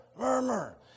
Murmur